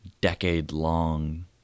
decade-long